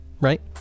Right